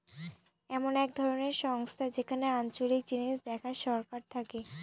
এমন এক ধরনের সংস্থা যেখানে আঞ্চলিক জিনিস দেখার সরকার থাকে